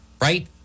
right